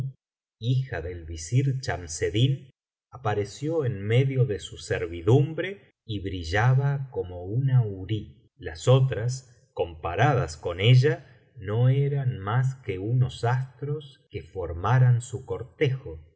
hija del visir chamseddin apareció en medio de su servidumbre y brillaba como una hurí las otras comparadas con ella no eran mas que unos astros que formaran su cortejo